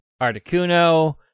Articuno